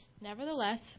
Nevertheless